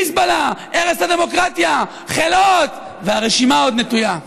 מזבלה, הרס הדמוקרטיה, חלאות, והרשימה עוד נטויה.